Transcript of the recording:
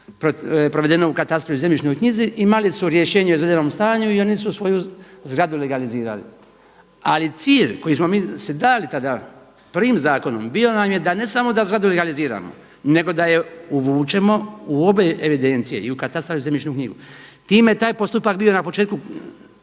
provedeno u katastru i zemljišnoj knjizi imali su rješenje o izvedenom stanju i oni su svoju zgradu legalizirali. Ali cilj koji smo si mi dali tada prvim zakonom bio nam je ne samo da zgradu legaliziramo, nego da ju uvučemo u obe evidencije i u katastar i u zemljišnu knjigu. Time je taj postupak bio na početku